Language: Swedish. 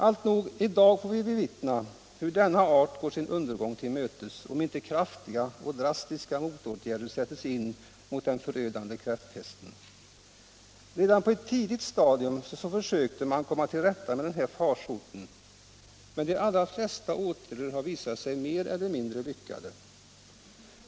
Alltnog — nu får vi bevittna hur denna art går sin undergång till mötes om inte kraftiga och drastiska åtgärder sätts in mot den förödande kräftpesten. Redan på ett tidigt stadium försökte man komma till rätta med denna farsot, men de allra flesta åtgärderna har visat sig mer eller mindre misslyckade.